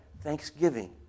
Thanksgiving